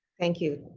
thank you,